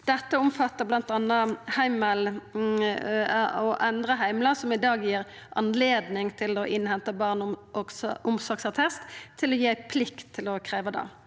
Dette omfattar bl.a. å endra heimlar som i dag gir anledning til å innhenta barneomsorgsattest, til å gi ei plikt til å krevja det.